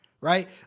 right